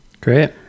Great